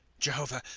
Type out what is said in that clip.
jehovah,